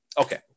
Okay